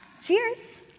Cheers